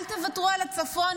אל תוותרו על הצפון.